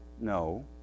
No